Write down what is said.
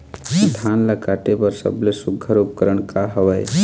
धान ला काटे बर सबले सुघ्घर उपकरण का हवए?